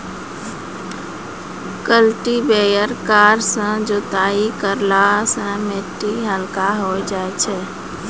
cultivator फार सँ जोताई करला सें मिट्टी हल्का होय जाय छै